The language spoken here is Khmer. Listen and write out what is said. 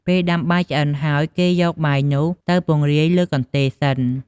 ពេលដាំបាយឆ្អិនហើយ គេយកបាយនោះទៅពង្រាយលើកន្ទេលសិន។